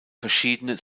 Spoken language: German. verschiedene